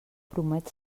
promet